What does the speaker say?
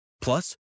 plus